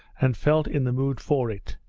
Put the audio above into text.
and felt in the mood for it,